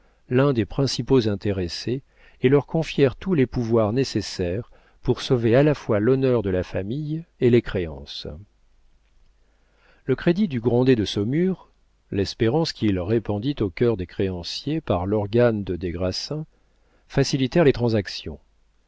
l'un des principaux intéressés et leur confièrent tous les pouvoirs nécessaires pour sauver à la fois l'honneur de la famille et les créances le crédit du grandet de saumur l'espérance qu'il répandit au cœur des créanciers par l'organe de des grassins facilitèrent les transactions